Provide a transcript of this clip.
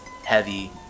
heavy